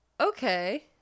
okay